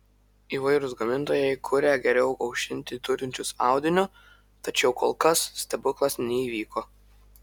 įvairūs gamintojai kuria geriau aušinti turinčius audiniu tačiau kol kas stebuklas neįvyko